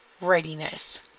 readiness